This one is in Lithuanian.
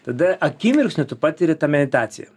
tada akimirksniu tu patiri tą meditaciją